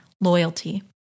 loyalty